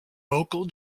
local